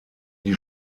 die